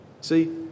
See